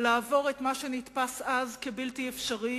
לעבור את מה שנתפס אז כבלתי אפשרי